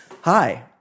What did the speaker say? Hi